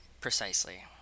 Precisely